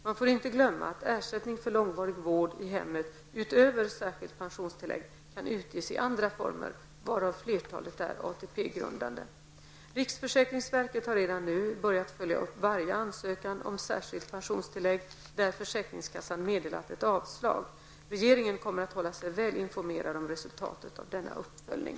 Man får inte glömma att ersättning för långvarig vård i hemmet utöver särskilt pensionstillägg kan utges i andra former, varav flertalet är ATP Riksförsäkringsverket har redan nu börjat följa upp varje ansökan om särskilt pensionstillägg där försäkringskassan meddelat ett avslag. Regeringen kommer att hålla sig väl informerad om resultatet av denna uppföljning.